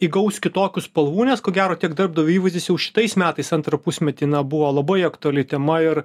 įgaus kitokių spalvų nes ko gero tiek darbdavio įvaizdis jau šitais metais antrą pusmetį na buvo labai aktuali tema ir